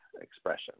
expression